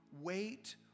wait